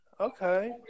Okay